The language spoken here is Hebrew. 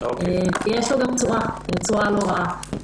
ויש לו גם תשואה לא רעה.